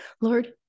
Lord